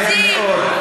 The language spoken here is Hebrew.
מהר מאוד,